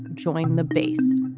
join the base.